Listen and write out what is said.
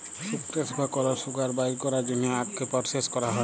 sucrose বা কল sugar বাইর ক্যরার জ্যনহে আখকে পরসেস ক্যরা হ্যয়